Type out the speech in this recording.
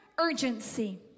Urgency